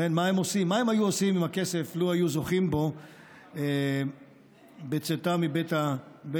מה הם היו עושים עם הכסף לו היו זוכים בו בצאתם מבית הכלא.